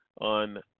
on